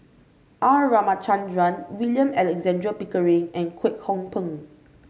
R Ramachandran William Alexander Pickering and Kwek Hong Png